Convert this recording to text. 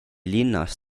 linnas